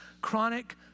chronic